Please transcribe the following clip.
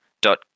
dot